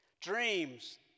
Dreams